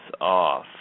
off